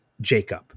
Jacob